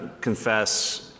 confess